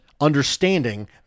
understanding